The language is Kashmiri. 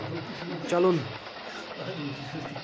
چلُن